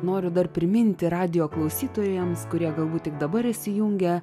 noriu dar priminti radijo klausytojams kurie galbūt tik dabar įsijungė